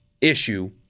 issue